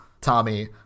Tommy